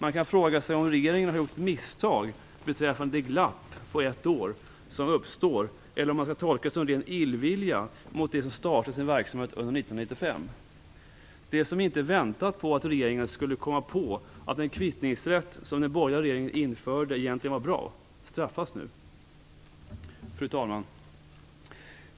Man kan fråga sig om regeringen har gjort ett misstag beträffande det glapp på ett år som uppstår eller om man skall tolka det som ren illvilja mot dem som startar sin verksamhet under 1995. De som inte väntat på att regeringen skulle komma på att den kvittningsrätt som den borgerliga regeringen införde egentligen var bra straffas nu. Fru talman!